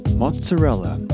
mozzarella